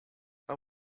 what